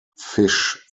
fish